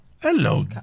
Hello